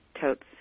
totes